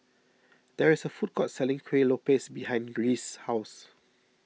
there is a food court selling Kueh Lopes behind Reese's house